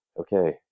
okay